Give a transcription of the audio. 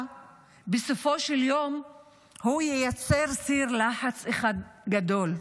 בסופו של יום ייצר סיר לחץ אחד גדול.